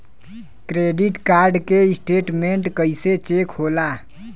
Credit card के statement कइसे check होला?